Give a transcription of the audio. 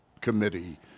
committee